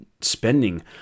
spending